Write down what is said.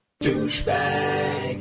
Douchebag